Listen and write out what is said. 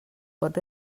pot